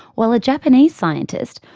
while a japanese scientist,